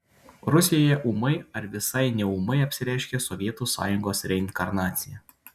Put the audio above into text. rusijoje ūmai ar visai neūmai apsireiškė sovietų sąjungos reinkarnacija